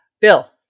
Bill